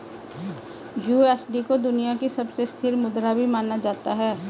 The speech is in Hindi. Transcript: यू.एस.डी को दुनिया की सबसे स्थिर मुद्रा भी माना जाता है